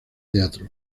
teatro